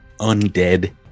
undead